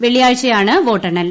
വെള്ളിയാഴ്ചയാണ് വോട്ടെണ്ണൽ